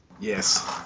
yes